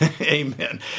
Amen